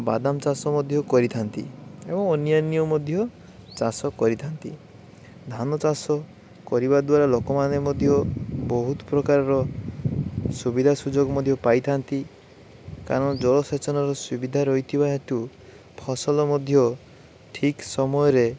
ବାଦାମ ଚାଷ ମଧ୍ୟ କରିଥାନ୍ତି ଏବଂ ଅନ୍ୟାନ୍ୟ ମଧ୍ୟ ଚାଷ କରିଥାନ୍ତି ଧାନ ଚାଷ କରିବା ଦ୍ୱାରା ଲୋକମାନେ ମଧ୍ୟ ବହୁତ ପ୍ରକାରର ସୁବିଧା ସୁଯୋଗ ମଧ୍ୟ ପାଇଥାନ୍ତି କାରଣ ଜଳ ସେଚନର ସୁବିଧା ରହିଥିବା ହେତୁ ଫସଲ ମଧ୍ୟ ଠିକ୍ ସମୟରେ